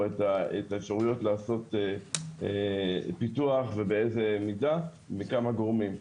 או את האפשרויות לעשות פיתוח ובאיזה מידה מכמה גורמים.